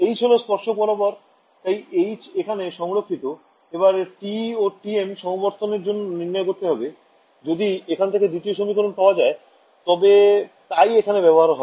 H হল স্পর্শক বরাবর তাই H এখানে সংরক্ষিত এবার TE ও TM সমবর্তনের জন্য নির্ণয় করতে হবে যদি এখান থেকে দ্বিতীয় সমীকরণ পাওয়া যায় তবে তাই এখানে ব্যবহার হবে